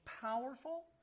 powerful